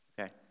Okay